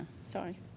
Sorry